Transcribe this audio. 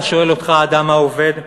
היה שואל אותך האדם העובד,